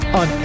on